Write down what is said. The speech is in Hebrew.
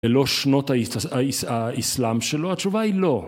ולא שנות האיסלאם שלו, התשובה היא לא